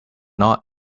not